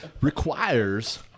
requires